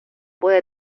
puede